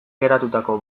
geratutako